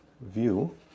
view